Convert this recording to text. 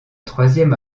troisième